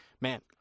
man